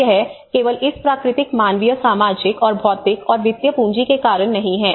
तो यह केवल इस प्राकृतिक मानवीय सामाजिक और भौतिक और वित्तीय पूंजी के कारण नहीं है